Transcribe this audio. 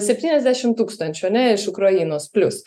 septyniasdešimt tūkstančių ane iš ukrainos plius